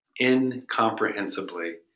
incomprehensibly